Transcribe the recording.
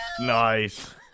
Nice